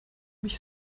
mich